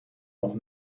nog